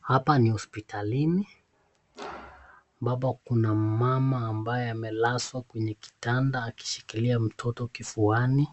Hapa ni hospitalini ambapo kuna mmama ambaye amelazwa kwenye kitanda akishikilia mtoto kifuani.